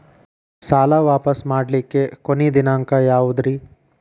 ಸಾಲಾ ವಾಪಸ್ ಮಾಡ್ಲಿಕ್ಕೆ ಕೊನಿ ದಿನಾಂಕ ಯಾವುದ್ರಿ?